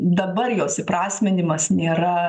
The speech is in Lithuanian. dabar jos įprasminimas nėra